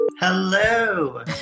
Hello